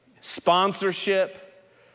sponsorship